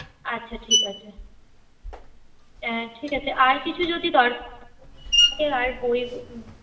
আচ্ছা ঠিক আছে ঠিক আছে আর কিছু যদি দরকার থাকে আর বই